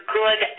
good